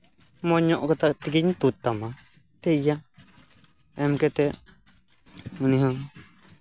ᱢᱚᱸᱡ ᱧᱚᱜ ᱛᱮᱜᱮᱧ ᱛᱩᱫ ᱛᱟᱢᱟ ᱴᱷᱤᱠ ᱜᱮᱭᱟ ᱮᱢ ᱠᱟᱛᱮᱫ ᱩᱱᱤ ᱦᱚᱸ